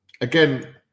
again